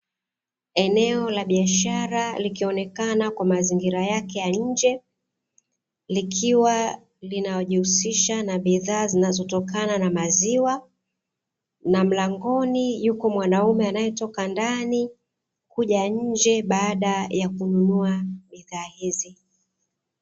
Eneo la biashara likionekana kwa mazingira yake ya nje, likiwa linajihusisha na bidhaa zinazotokana na maziwa, na mlangoni yuko mwanaume anaetoka ndani kuja nje baada ya kununua bidhaa hizi.